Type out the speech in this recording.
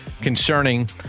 Concerning